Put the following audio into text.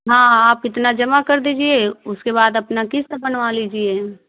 हाँ आप इतना जमा कर दीजिए उसके बाद अपना किश्त बनवा लीजिए